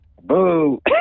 boo